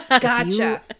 Gotcha